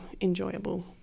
enjoyable